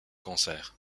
cancers